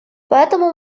поэтому